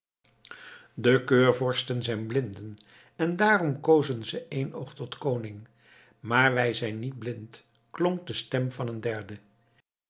de keurvorsten zijn blinden en daarom kozen ze eénoog tot koning maar wij zijn niet blind klonk de stem van een derde